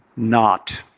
not!